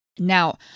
Now